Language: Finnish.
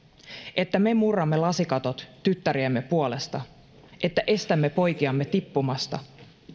että me murramme lasikatot tyttäriemme puolesta että estämme poikiamme tippumasta